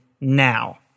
now